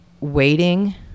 waiting